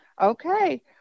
Okay